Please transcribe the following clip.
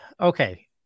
okay